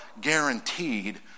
guaranteed